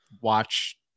watch